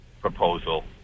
proposal